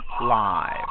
live